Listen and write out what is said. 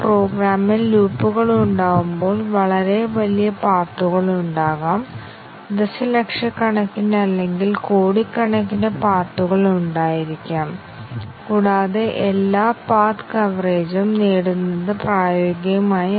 നമുക്ക് a b യെക്കാൾ വലുത് ആണെങ്കിൽ c 3 ആണ് അല്ലെങ്കിൽ c 5 ആണെങ്കിൽ തിരഞ്ഞെടുപ്പിനെ തുടർന്നുള്ള സ്റ്റേറ്റ്മെന്റ് സീക്വൻസ് തരം ആണ് ഇത്